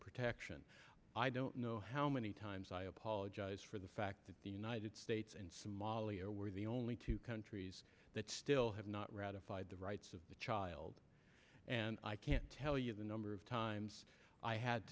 protection i don't know how many times i apologize for the fact that the united states and somalia were the only two countries that still have not ratified the rights of the child and i can't tell you the number of times i had